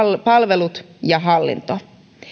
palvelut ja hallinto